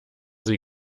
sie